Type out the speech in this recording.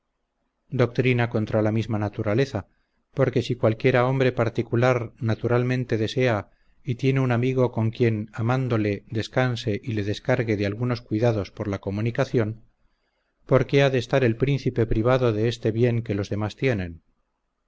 doctrina contra la misma naturaleza porque si cualquiera hombre particular naturalmente desea y tiene un amigo con quien amándole descanse y le descargue de algunos cuidados por la comunicación por qué ha de estar el príncipe privado de este bien que los demás tienen